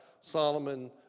Solomon